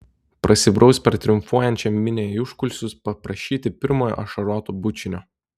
prasibraus per triumfuojančią minią į užkulisius paprašyti pirmojo ašaroto bučinio